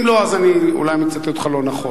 אם לא, אז אולי אני מצטט אותך לא נכון.